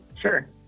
Sure